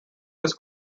this